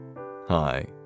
Hi